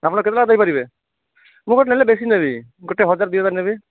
ଆପଣ କେତେଲେଖା ଦେଇ ପାରିବେ ମୁଁ ଗୋଟେ ନେଲେ ବେଶୀ ନେବି ଗୋଟେ ହଜାରେ ଦୁଇ ହଜାରେ ନେବି